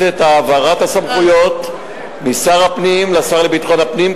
את העברת הסמכויות משר הפנים לשר לביטחון הפנים,